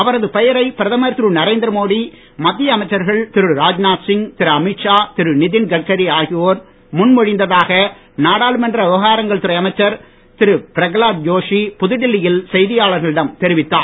அவரது பெயரை பிரதமர் திரு நரேந்திரமோடி மத்திய அமைச்சர்கள் திரு ராஜ்நாத் சிங் திரு அமீத்ஷா நிதின்கட்காரி ஆகியோர் முன்மொழிந்ததாக நாடாளுமன்ற திரு விவகாரங்கள் துறை அமைச்சர் திரு பிரகலாத் ஜோஷி புதுடெல்லியில் செய்தியாளர்களிடம் தெரிவித்தார்